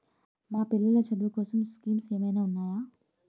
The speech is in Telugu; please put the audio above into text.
మా పిల్లలు చదువు కోసం స్కీమ్స్ ఏమైనా ఉన్నాయా?